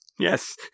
Yes